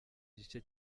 igice